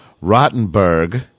Rottenberg